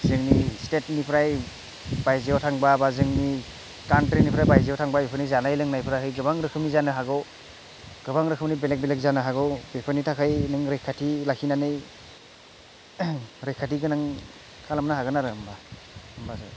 जोंनि स्टेटनिफ्राय बायजोआव थांबा बा जोंनि काउन्थ्रिनिफ्राय बायजोआव थांबा बैफोरनि जानाय लोंनायफोरा गोबां रोखोमनि जानो हागौ गोबां रोखोमनि बेलेग बेलेग जानो हागौ बेफोरनि थाखाय नों रैखाथि लाखिनानै रैखाथि गोनां खालामनो हागोन आरो होमबा होमबासो